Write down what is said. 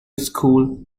school